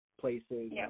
places